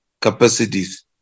capacities